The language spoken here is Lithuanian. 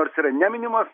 nors yra neminimos